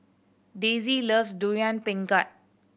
Daisye loves Durian Pengat